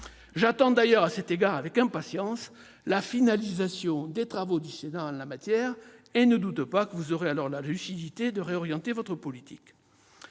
J'attends d'ailleurs avec impatience l'aboutissement des travaux du Sénat en la matière. Je ne doute pas que vous aurez alors la lucidité de réorienter votre politique.